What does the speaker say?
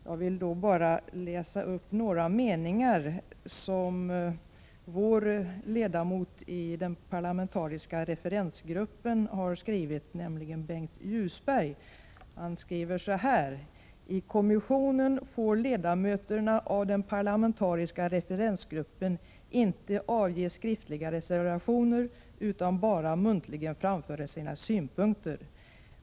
Jag vill då bara läsa upp några meningar som vår ledamot iden parlamentariska referensgruppen har skrivit, nämligen Bengt Ljusberg: I kommissionen får ledamöterna av den parlamentariska referensgruppen inte avge skriftliga reservationer utan bara muntligen framföra sina synpunkter.